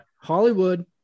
Hollywood